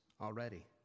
already